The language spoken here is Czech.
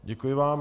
Děkuji vám.